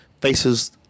faces